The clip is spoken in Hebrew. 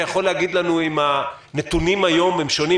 האם אתה יכול להגיד לנו אם הנתונים היום שונים,